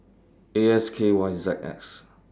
A S K Y Z X